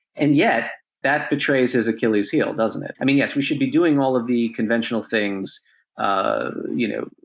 and yet, that betrays his achilles heel, doesn't it? i mean, yes, we should be doing all of the conventional things ah you know,